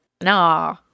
Nah